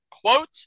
Quote